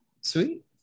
sweet